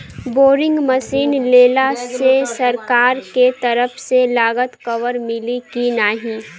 Boring machine लेला मे सरकार के तरफ से लागत कवर मिली की नाही?